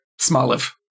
Smoliv